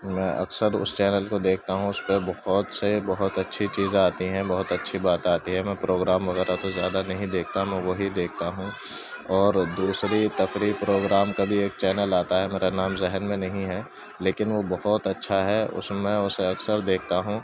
میں اکثر اس چینل کو دیکھتا ہوں اس پہ بہت سے بہت اچھی چیزیں آتی ہیں بہت اچھی باتیں آتی ہیں میں پروگرام وغیرہ تو زیادہ نہیں دیکھتا میں وہی دیکھتا ہوں اور دوسری تفریح پروگرام کا بھی ایک چینل آتا ہے میرا نام ذہن میں نہیں ہے لیکن وہ بہت اچھا ہے اس میں اسے اکثر دیکھتا ہوں